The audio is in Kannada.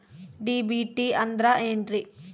ಡಿ.ಬಿ.ಟಿ ಅಂದ್ರ ಏನ್ರಿ?